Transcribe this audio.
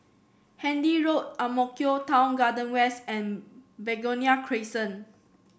Handy Road Ang Mo Kio Town Garden West and Begonia Crescent